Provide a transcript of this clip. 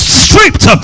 stripped